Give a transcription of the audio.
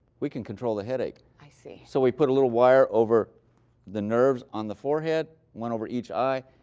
we can control the headache. i see. so we put a little wire over the nerve on the forehead, one over each eye,